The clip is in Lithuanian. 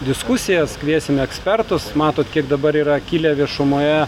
diskusijas kviesim ekspertus matot kiek dabar yra kilę viešumoje